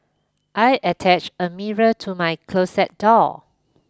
I attached a mirror to my closet door